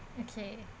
okay